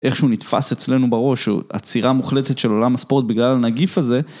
איך שהוא נתפס אצלנו בראש הוא עצירה מוחלטת של עולם הספורט בגלל הנגיף הזה.